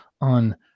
on